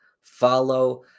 follow